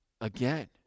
again